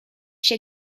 się